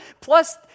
plus